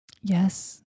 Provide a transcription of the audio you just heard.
Yes